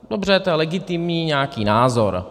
Dobře, to je legitimní, nějaký názor.